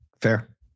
Fair